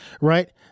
right